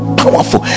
powerful